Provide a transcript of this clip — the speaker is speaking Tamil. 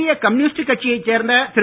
இந்திய கம்யூனிஸ்ட் கட்சியைச் சேர்ந்த திரு